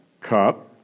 cup